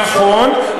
נכון,